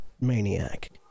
maniac